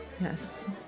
yes